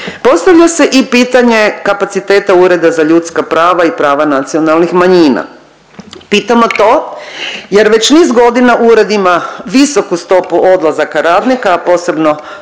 Postavlja se i pitanje kapaciteta Ureda za ljudska prava i prava nacionalnih manjina. Pitamo to jer već niz godina ured ima visoku stopu odlazaka radnika, a posebno